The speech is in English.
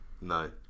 No